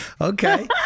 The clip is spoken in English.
Okay